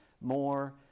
more